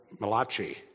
Malachi